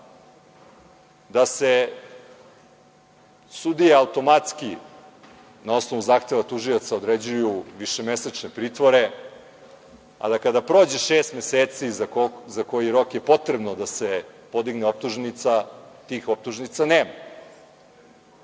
da sudije automatski, na osnovu zahteva tužioca, određuju višemesečne pritvore, a da kada prođe šest meseci, za koji rok je potrebno da se podigne optužnica, tih optužnica nema.